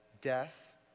death